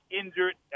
injured